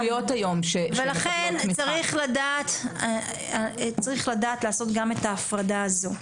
לכן צריך לדעת לעשות גם את ההפרדה הזו.